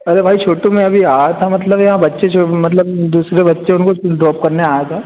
अरे भाई छोटू में अभी आया था मतलब यहाँ बच्चें छो मतलब दूसरे बच्चे में कुछ ड्रॉप करने आया था